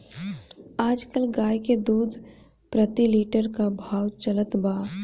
आज कल गाय के दूध प्रति लीटर का भाव चलत बा?